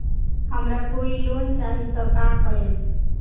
हमरा कोई लोन चाही त का करेम?